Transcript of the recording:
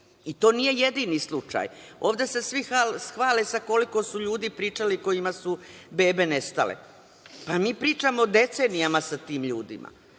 To nije jedini slučaj. Ovde se svi hvale sa koliko su ljudi pričali, kojima su bebe nestale. Mi pričamo decenijama sa tim ljudima